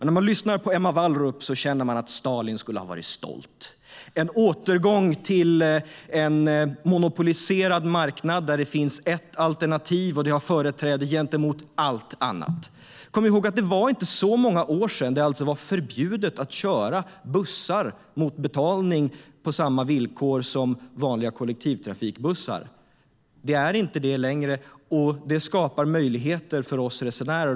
När man lyssnar på Emma Wallrup känner man att Stalin skulle ha varit stolt. Hon förespråkar en återgång till en monopoliserad marknad där det finns ett enda alternativ, och det har företräde framför allt annat. Kom ihåg att det inte var så många år sedan som det var förbjudet att köra bussar mot betalning på samma villkor som vanliga kollektivtrafikbussar. Det är inte det längre, och det skapar möjligheter för oss resenärer.